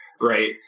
right